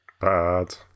Bad